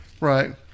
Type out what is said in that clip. Right